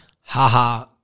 haha